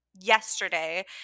yesterday